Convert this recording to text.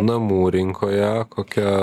namų rinkoje kokia